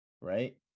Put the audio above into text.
right